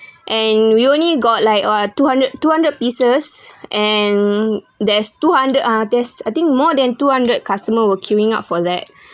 and we only got like [what] two hundred two hundred pieces and there's two hundred uh there's I think more than two hundred customer were queuing up for that